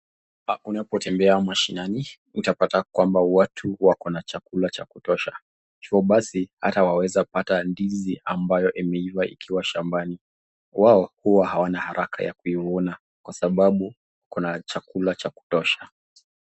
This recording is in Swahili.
Unapotembea mashinani utapata kwamba watu wakona chakula cha kutosha, basi hataweza kupata ndizi ambayo imeiva, ikiwa shambani wao huwa hawana haraka ya kuvuna kwa sababu kuna chakula cha kutosha.